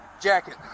jacket